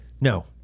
no